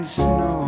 snow